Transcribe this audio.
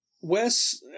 Wes